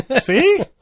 See